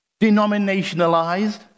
denominationalized